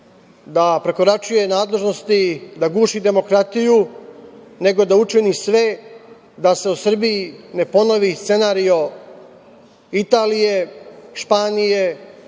da prekoračuje nadležnosti, da guši demokratiju, nego da učini sve da se u Srbiji ne ponovi scenario Italije, Španije,